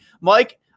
Mike